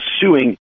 suing